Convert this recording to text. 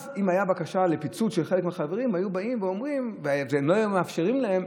אז אם הייתה בקשה לפיצול של חלק מהחברים והם לא היו מאפשרים להם,